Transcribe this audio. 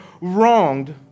wronged